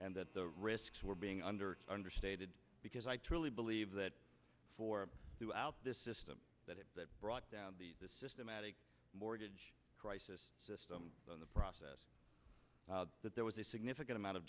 and that the risks were being under understated because i truly believe that for throughout this system that it brought down the systematic mortgage crisis system on the process that there was a significant amount of